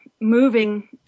moving